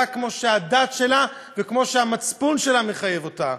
כמו שהדת שלה וכמו שהמצפון שלה מחייבים אותה?